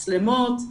מצלמות,